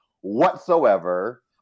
whatsoever